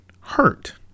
hurt